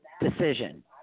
decision